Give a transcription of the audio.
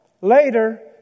later